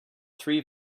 three